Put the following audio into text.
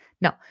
No